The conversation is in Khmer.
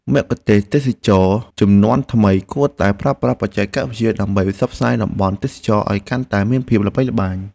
មគ្គុទ្ទេសក៍ទេសចរណ៍ជំនាន់ថ្មីគួរតែប្រើប្រាស់បច្ចេកវិទ្យា ដើម្បីផ្សព្វផ្សាយតំបន់ទេសចរណ៍ឱ្យកាន់តែមានភាពល្បីល្បាញ។